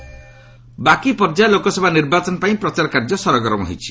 PM rally ବାକି ପର୍ଯ୍ୟାୟ ଲୋକସଭା ନିର୍ବାଚନ ପାଇଁ ପ୍ରଚାର କାର୍ଯ୍ୟ ସରଗରମ୍ ହୋଇଛି